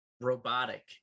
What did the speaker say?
robotic